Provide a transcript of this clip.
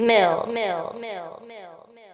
Mills